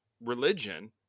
religion